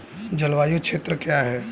जलवायु क्षेत्र क्या है?